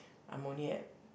I'm only at